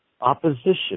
opposition